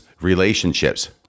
relationships